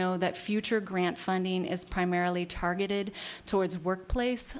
know that future grant funding is primarily targeted towards workplace